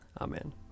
Amen